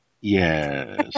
Yes